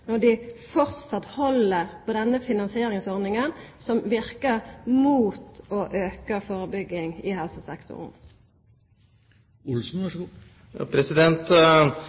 når dei framleis held på denne finansieringsordninga som verkar mot auka førebygging i